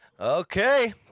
Okay